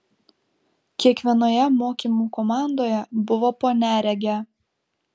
kiekvienoje mokymų komandoje buvo po neregę